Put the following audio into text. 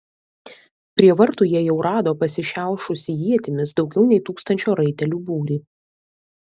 prie vartų jie jau rado pasišiaušusį ietimis daugiau nei tūkstančio raitelių būrį